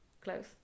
close